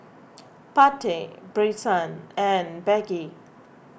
Pate Brycen and Peggy